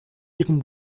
ihrem